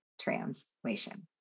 Translation